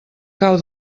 cau